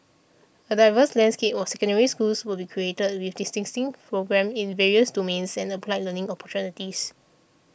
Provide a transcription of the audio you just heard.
a diverse landscape of Secondary Schools will be created with distinctive programmes in various domains and applied learning opportunities